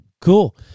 cool